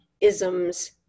isms